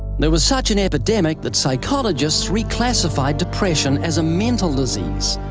there was such an epidemic that psychologists reclassified depression as a mental disease,